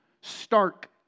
stark